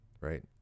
right